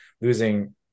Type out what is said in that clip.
losing